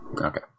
okay